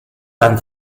tan